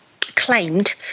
claimed